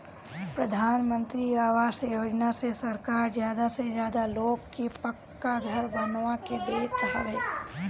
प्रधानमंत्री आवास योजना से सरकार ज्यादा से ज्यादा लोग के पक्का घर बनवा के देत हवे